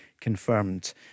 confirmed